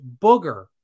booger